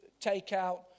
takeout